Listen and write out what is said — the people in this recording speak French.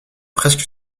presque